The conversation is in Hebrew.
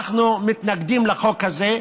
אנחנו מתנגדים לחוק הזה.